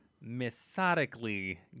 methodically